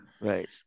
Right